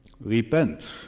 repent